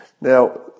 Now